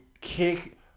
kick